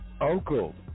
uncle